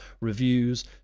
reviews